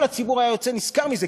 כל הציבור היה יוצא נשכר מזה,